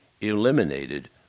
eliminated